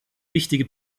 wichtige